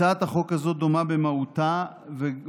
הצעת החוק הזאת דומה במהותה ובעיקריה